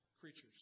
creatures